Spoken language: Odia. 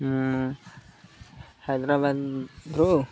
ମୁଁ ହାଇଦ୍ରାବାଦରୁ